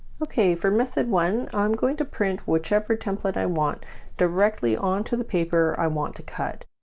okay for method one i'm going to print whichever template i want directly onto the paper i want to cut.